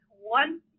one